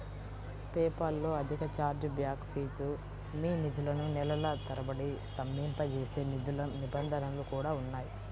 PayPal లో అధిక chargeback fee, మీ నిధులను నెలల తరబడి స్తంభింపజేసే నిబంధనలు కూడా ఉన్నాయి